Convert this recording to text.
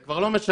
זה כבר לא משנה.